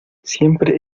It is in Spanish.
siempre